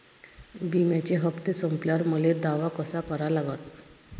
बिम्याचे हप्ते संपल्यावर मले दावा कसा करा लागन?